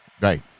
Right